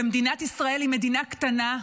ומדינת ישראל היא מדינה קטנה,